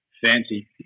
fancy